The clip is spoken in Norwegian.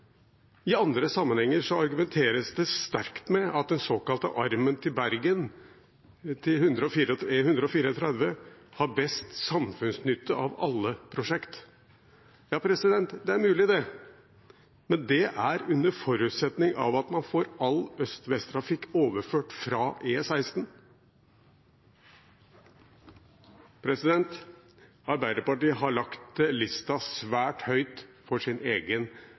I andre sammenhenger argumenteres det sterkt med at den såkalte armen til Bergen, E134, har best samfunnsnytte av alle prosjekt. Ja, det er mulig, det. Men det er under forutsetning av at man får all øst–vest-trafikk overført fra E16. Arbeiderpartiet har lagt listen svært høyt for sin egen